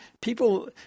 people